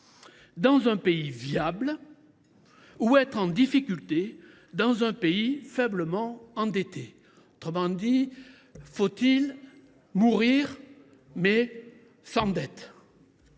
rapport Draghi –, ou être en difficulté dans un pays faiblement endetté ? Autrement dit, faut il mourir sans dette ?